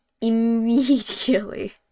immediately